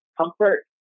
comfort